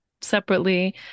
separately